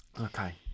Okay